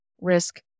risk